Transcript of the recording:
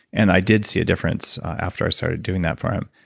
and i did see a difference after i started doing that for him.